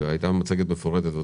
והייתה מצגת מפורטת,